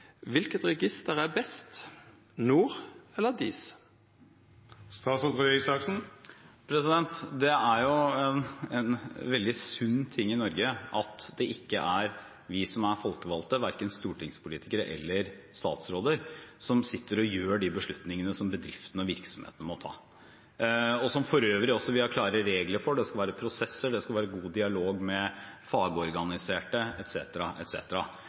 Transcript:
register er best, NOR eller DIS? Det er en veldig sunn ting i Norge at det ikke er vi som er folkevalgte, verken stortingspolitikere eller statsråder, som sitter og tar de beslutningene som bedriftene og virksomhetene må ta, og som vi for øvrig også har klare regler for: Det skal være prosesser, det skal være god dialog med fagorganiserte,